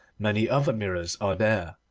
many other mirrors are there,